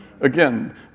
Again